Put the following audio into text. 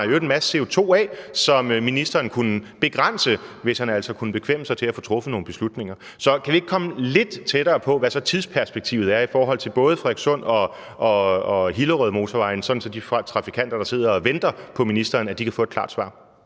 i øvrigt en masse CO2 af, som ministeren kunne begrænse, hvis han altså kunne bekvemme sig til at få truffet nogle beslutninger. Så kan vi ikke komme lidt tættere på, hvad tidsperspektivet er i forhold til både Frederikssund- og Hillerødmotorvejene, sådan at de trafikanter, der sidder og venter på ministeren, kan få et klart svar?